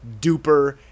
duper